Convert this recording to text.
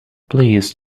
please